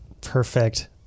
perfect